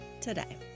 today